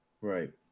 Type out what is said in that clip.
Right